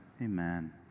Amen